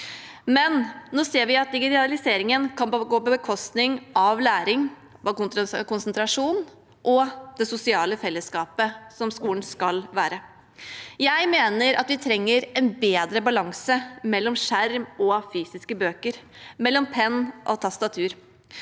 men nå ser vi at digitaliseringen kan gå på bekostning av læring, konsentrasjon og det sosiale fellesskapet som skolen skal være. Jeg mener at vi trenger en bedre balanse mellom skjerm og fysiske bøker, mellom penn og tastatur.